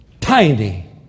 tiny